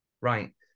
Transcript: right